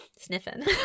sniffing